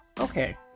Okay